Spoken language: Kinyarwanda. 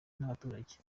n’abaturage